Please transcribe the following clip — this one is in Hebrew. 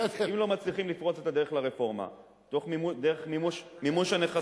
אם לא מצליחים לפרוץ את הדרך לרפורמה דרך מימוש הנכסים,